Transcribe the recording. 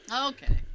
Okay